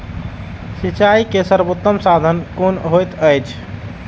सिंचाई के सर्वोत्तम साधन कुन होएत अछि?